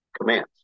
commands